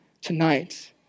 tonight